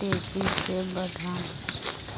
तेजी से बढ़ाम?